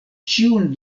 ĉiun